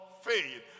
faith